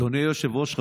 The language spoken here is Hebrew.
אדוני היושב-ראש,